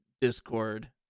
Discord